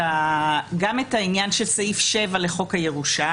גם את העניין של סעיף 7 לחוק הירושה